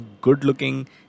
good-looking